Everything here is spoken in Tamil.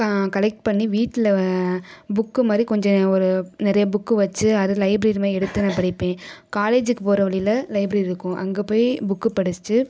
கா கலெக்ட் பண்ணி வீட்டில் வ புக்கு மாதிரி கொஞ்சம் ஒரு நிறையா புக்கு வைச்சு அது லைப்ரேரி மாரி எடுத்து நான் படிப்பேன் காலேஜுக்கு போகிற வழில லைப்ரேரி இருக்கும் அங்கே போய் புக்கு படிச்சுட்டு